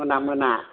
मोना मोना